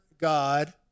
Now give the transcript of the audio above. God